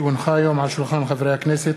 כי הונחה היום על שולחן הכנסת,